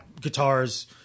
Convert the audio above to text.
guitars